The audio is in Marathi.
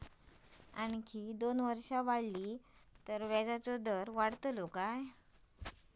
आणखी दोन वर्षा वाढली तर व्याजाचो दर वाढतलो काय?